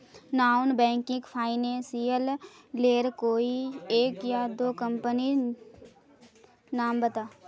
Non banking financial लेर कोई एक या दो कंपनी नीर नाम बता?